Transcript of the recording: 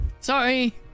Sorry